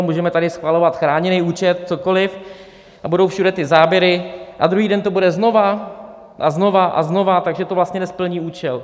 Můžeme tady schvalovat chráněný účet, cokoliv a budou všude ty záběry a druhý den to bude znova a znova a znova, takže to vlastně nesplní účel.